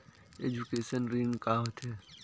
Education ऋण का होथे?